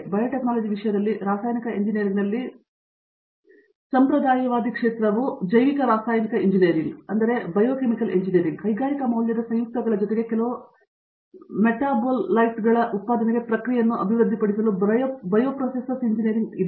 biotechnology ವಿಷಯದಲ್ಲಿ ರಾಸಾಯನಿಕ ಎಂಜಿನಿಯರಿಂಗ್ನಲ್ಲಿ ಸಂಪ್ರದಾಯವಾದಿ ಕ್ಷೇತ್ರವು ಜೈವಿಕ ರಾಸಾಯನಿಕ ಎಂಜಿನಿಯರಿಂಗ್ ಕೈಗಾರಿಕಾ ಮೌಲ್ಯದ ಸಂಯುಕ್ತಗಳ ಜೊತೆಗೆ ಕೆಲವು ಮೆಟಾಬೊಲೈಟ್ಗಳ ಉತ್ಪಾದನೆಗೆ ಪ್ರಕ್ರಿಯೆಯನ್ನು ಅಭಿವೃದ್ಧಿಪಡಿಸಲು ಬಯೊಪ್ರೊಸೆಸಸ್ ಎಂಜಿನಿಯರಿಂಗ್ ಆಗಿದೆ